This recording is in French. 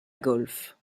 golf